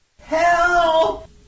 Help